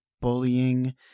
bullying